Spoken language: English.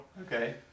Okay